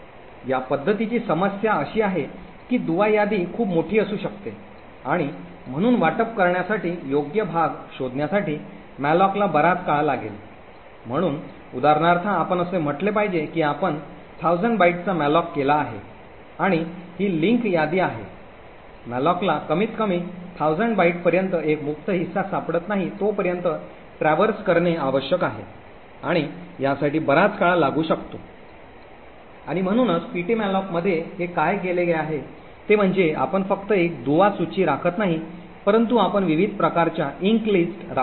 या पध्दतीची समस्या अशी आहे की दुवा यादी खूप मोठी असू शकते आणि म्हणून वाटप करण्यासाठी योग्य भाग शोधण्यासाठी मॅलोकला बराच काळ लागेल म्हणून उदाहरणार्थ आपण असे म्हटले पाहिजे की आपण 1000 बाइटचा मॅलोक केला आहे आणि ही लिंक यादी आहे मॅलोकला कमीतकमी १००० बाइट पर्यंत एक मुक्त हिस्सा सापडत नाही तोपर्यंत ट्रॅव्हर्स करणे आवश्यक आहे आणि यासाठी बराच काळ लागू शकतो आणि म्हणूनच ptmalloc मध्ये हे काय केले गेले आहे ते म्हणजे आपण फक्त एक दुवा सूची राखत नाही परंतु आपण विविध प्रकारच्या इंक सूची राखत आहोत